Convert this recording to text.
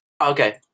Okay